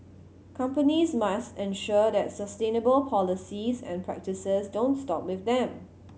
companies must ensure that sustainable policies and practices don't stop with them